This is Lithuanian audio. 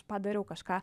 padariau kažką